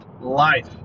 Life